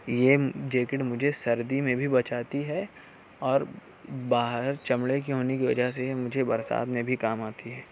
یہ جیکٹ مجھے سردی میں بھی بچاتی ہے اور باہر چمڑے کی ہونے کی وجہ سے مجھے برسات میں بھی کام آتی ہے